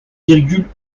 virgule